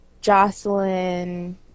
Jocelyn